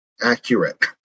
accurate